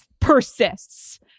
persists